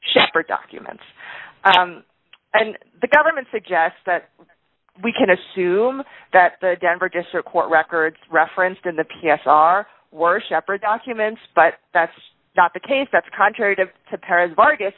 shepherd documents and the government suggests that we can assume that the denver district court records referenced in the p s r worshiper documents but that's not the case that's contrary to perez vargas